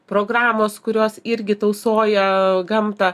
programos kurios irgi tausoja gamtą